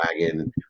wagon